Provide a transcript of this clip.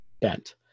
bent